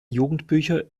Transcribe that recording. jugendbücher